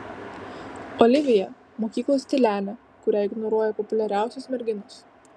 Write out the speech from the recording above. olivija mokyklos tylenė kurią ignoruoja populiariosios merginos